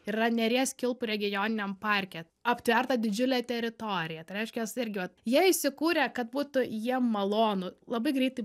yra neries kilpų regioniniam parke aptverta didžiulė teritorija tai reiškias irgi vat jie įsikūrė kad būtų jiem malonu labai greitai